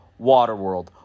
Waterworld